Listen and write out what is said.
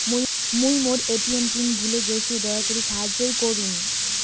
মুই মোর ATM PIN ভুলে গেইসু, দয়া করি সাহাইয্য করুন